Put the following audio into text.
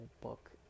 book